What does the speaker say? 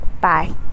bye